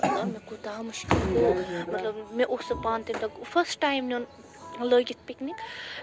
مےٚ کوٗتاہ مُشکِل گوٚو مطلب مےٚ اوس سُہ پانہٕ تَمہِ دۄہ فٔرسٹ ٹایم نیٛن لٲگِتھ پِکنِک